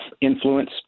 influence